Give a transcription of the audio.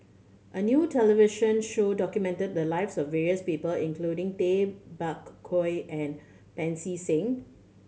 a new television show documented the lives of various people including Tay Bak Koi and Pancy Seng